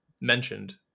mentioned